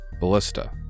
ballista